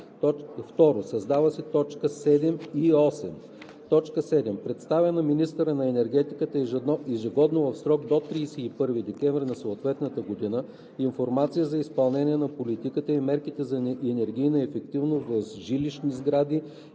2. Създават се т. 7 и 8: „7. предоставя на министъра на енергетиката ежегодно в срок до 31 декември на съответната година информация за изпълнение на политиката и мерките за енергийна ефективност в жилищни сгради